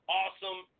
awesome